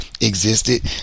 existed